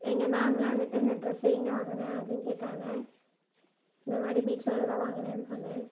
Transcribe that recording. எங்கள் மேம்லாம் வந்துட்டு இந்த ட்ரெஸு எங்கே வாங்கின அப்டினு கேட்டாங்க இந்த மாதிரி மீட்ஷோவில் தான் வாங்கினேன்னு சொன்னேன்